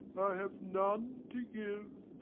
have none to give,